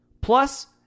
Plus